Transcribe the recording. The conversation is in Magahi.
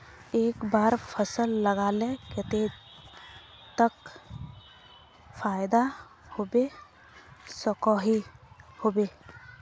एक बार फसल लगाले कतेक तक फायदा होबे सकोहो होबे?